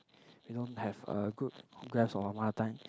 we don't have a good grasp of our mother tongue